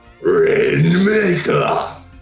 Rainmaker